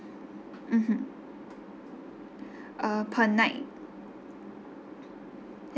mmhmm uh per night